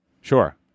Sure